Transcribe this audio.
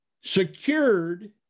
secured